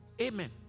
Amen